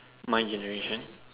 my generation